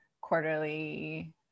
quarterly